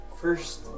first